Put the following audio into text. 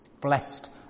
Blessed